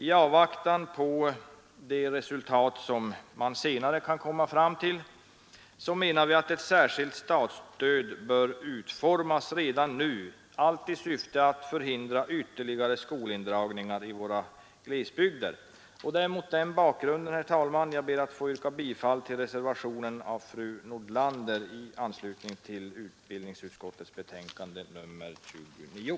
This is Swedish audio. I avvaktan på utredningsresultat bör ett särskilt statsstöd utformas redan nu i syfte att förhindra ytterligare skolindragningar i våra glesbygder. Nr 100 Mot den bakgrunden ber jag att få yrka bifall till reservationen av fru Fredagen den Nordlander vid utbildningsutskottets betänkande nr 29.